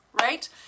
right